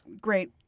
great